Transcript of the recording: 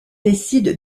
décide